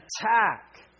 attack